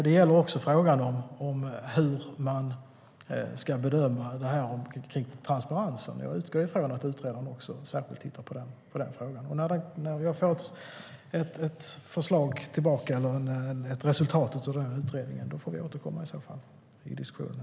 Det gäller också frågan om hur man ska bedöma transparensen. Jag utgår ifrån att utredaren särskilt tittar på detta. När vi har fått resultatet av utredningen får vi återkomma till diskussionen.